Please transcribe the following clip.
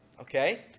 Okay